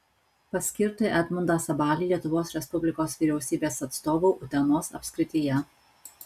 paskirti edmundą sabalį lietuvos respublikos vyriausybės atstovu utenos apskrityje